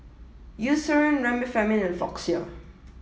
Eucerin Remifemin and Floxia